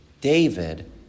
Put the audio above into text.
David